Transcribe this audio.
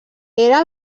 era